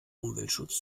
umweltschutz